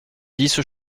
dix